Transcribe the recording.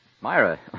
Myra